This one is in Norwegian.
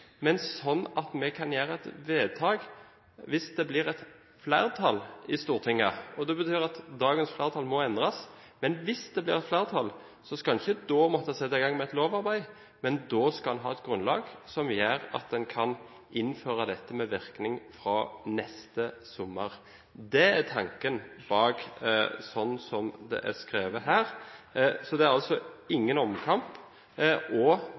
at vi kan gjøre et vedtak, hvis det blir et flertall i Stortinget. Det betyr at dagens flertall må endres, men hvis det blir et flertall, skal en ikke da måtte sette i gang med et lovarbeid, men da skal en ha et grunnlag som gjør at en kan innføre dette med virkning fra neste sommer. Det er tanken bak måten som det er skrevet på her. Så det er altså